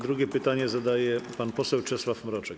Drugie pytanie zadaje pan poseł Czesław Mroczek.